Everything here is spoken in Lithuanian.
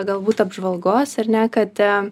galbūt apžvalgos ar ne kad